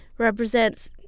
represents